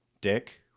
Dick